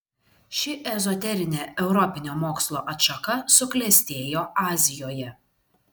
ši ezoterinė europinio mokslo atšaka suklestėjo azijoje